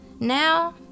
now